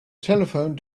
telephone